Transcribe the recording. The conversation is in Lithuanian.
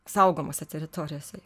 saugomose teritorijose